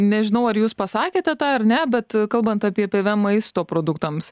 nežinau ar jūs pasakėte tą ar ne bet kalbant apie pvm maisto produktams